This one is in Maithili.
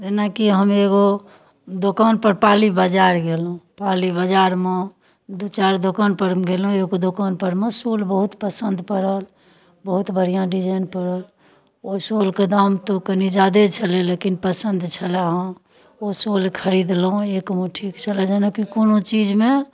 जेनाकि हम एगो दोकानपर पाली बाजार गेलहुँ पाली बाजारमे दू चारि दोकानपर हम गेलहुँ एगो दोकानपर मे शॉल बहुत पसन्द पड़ल बहुत बढ़िआँ डिजाइन पड़ल ओइ शॉलके तऽ दाम कनि जादे छलै लेकिन पसन्द छलऽ ओ शॉल खरीदलहुँ एक मुट्ठीके छलऽ जेना कोनो चीजमे